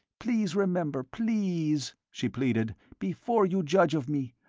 please remember, please, she pleaded, before you judge of me,